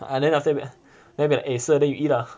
ah then after that we then we're like eh sir then you eat lah